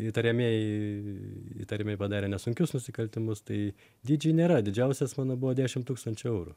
įtariamieji įtariamieji padarę nesunkius nusikaltimus tai dydžiai nėra didžiausias mano buvo dešimt tūkstančių eurų